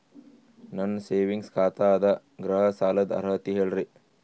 ನನ್ನ ಸೇವಿಂಗ್ಸ್ ಖಾತಾ ಅದ, ಗೃಹ ಸಾಲದ ಅರ್ಹತಿ ಹೇಳರಿ?